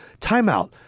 timeout